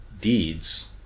deeds